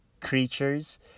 creatures